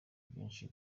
byinshi